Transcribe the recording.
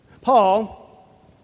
Paul